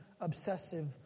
obsessive